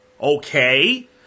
Okay